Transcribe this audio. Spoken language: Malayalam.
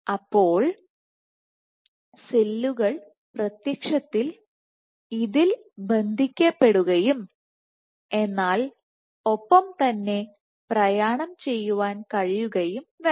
അപ്പോൾ സെല്ലുകൾ പ്രത്യക്ഷത്തിൽ ഇതിൽ ബന്ധിക്കപ്പെടുകയും എന്നാൽ ഒപ്പം തന്നെ പ്രയാണം ചെയ്യാൻ കഴിയുകയും വേണം